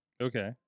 Okay